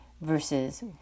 versus